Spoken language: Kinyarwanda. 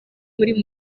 muri